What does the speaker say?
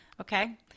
okay